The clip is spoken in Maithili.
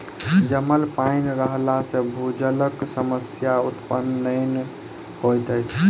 जमल पाइन रहला सॅ भूजलक समस्या उत्पन्न नै होइत अछि